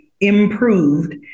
improved